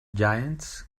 giants